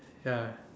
ya